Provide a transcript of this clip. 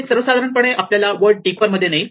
हे सर्वसाधारणपणे आपल्याला वर्ड मध्ये डीपर नेईल